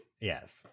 yes